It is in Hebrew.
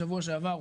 בשבוע שעבר,